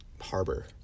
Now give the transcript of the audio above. Harbor